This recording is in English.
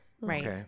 right